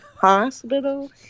hospital